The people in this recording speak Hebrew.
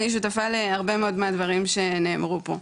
אני שותפה להרבה מאוד מהדברים שנאמרו פה.